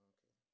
Okay